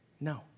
No